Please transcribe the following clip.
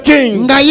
King